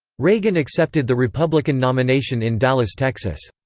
reagan accepted the republican nomination in dallas, texas.